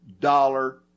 dollar